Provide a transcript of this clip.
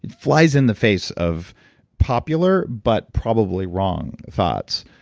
flies in the face of popular but probably wrong thoughts.